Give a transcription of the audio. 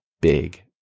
big